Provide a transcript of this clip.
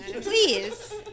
please